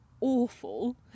awful